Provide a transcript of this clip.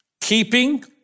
keeping